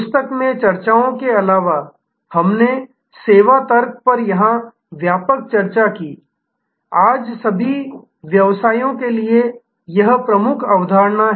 पुस्तक में चर्चाओं के अलावा हमने सेवा तर्क पर यहां व्यापक चर्चा की आज सभी व्यवसायों के लिए यह प्रमुख अवधारणा है